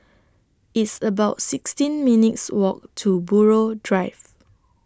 It's about sixteen minutes' Walk to Buroh Drive